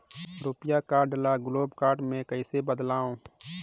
रुपिया कारड ल global card मे कइसे बदलव?